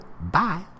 Bye